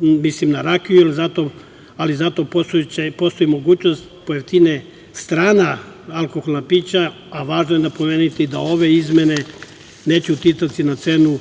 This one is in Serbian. mislim na rakiju, ali zato postoji mogućnost da pojeftine strana alkoholna pića, a važno je napomenuti da ove izmene neće uticati na cenu